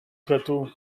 plateau